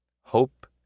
Hope